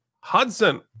Hudson